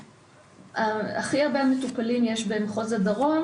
הכי הרבה מטופלים יש במחוז הדרום,